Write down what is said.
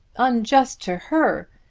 unjust to her!